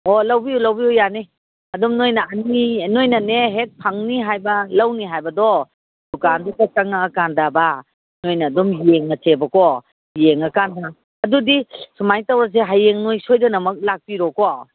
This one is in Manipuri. ꯑꯣ ꯂꯧꯕꯤꯌꯨ ꯂꯧꯕꯤꯌꯨ ꯌꯥꯅꯤ ꯑꯗꯨꯝ ꯅꯣꯏꯅ ꯅꯣꯏꯅꯅꯦ ꯍꯦꯛ ꯐꯪꯅꯤ ꯍꯥꯏꯕ ꯂꯧꯅꯤ ꯍꯥꯏꯕꯗꯣ ꯗꯨꯀꯥꯟꯁꯤꯗ ꯆꯪꯉꯛꯑꯀꯥꯟꯗꯕ ꯅꯣꯏꯅ ꯑꯗꯨꯝ ꯌꯦꯡꯉꯁꯦꯕꯀꯣ ꯌꯦꯡꯉꯀꯥꯟꯗ ꯑꯗꯨꯗꯤ ꯁꯨꯃꯥꯏꯅ ꯇꯧꯔꯁꯦ ꯍꯌꯦꯡ ꯅꯣꯏ ꯁꯣꯏꯗꯅꯃꯛ ꯂꯥꯛꯄꯤꯔꯣꯀꯣ